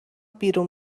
بیرون